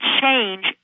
change